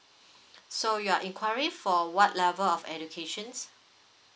so your inquiring for a what level of education